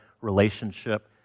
relationship